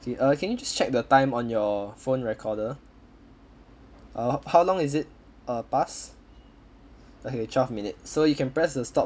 okay uh can you just check the time on your phone recorder uh how how long is it uh past okay twelve minutes so you can press the stop